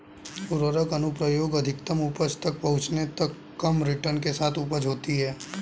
उर्वरक अनुप्रयोग अधिकतम उपज तक पहुंचने तक कम रिटर्न के साथ उपज होती है